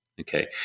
Okay